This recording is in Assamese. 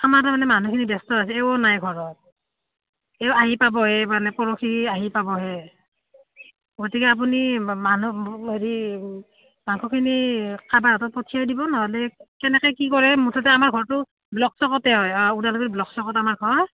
আমাৰ তাৰমানে মানুহখিনি ব্যস্ত হৈ আছে এও নাই ঘৰত এই আহি পাবহি মানে পৰহি আহি পাবহে গতিকে আপুনি মানুহ হেৰি মাংসখিনি কাৰবাৰ হাতত পঠিয়াই দিব নহ'লে কেনেকে কি কৰে মুঠতে আমাৰ ঘৰটো ব্লক চকতে হয় ওদালগুৰি ব্লক চকত আমাৰ ঘৰ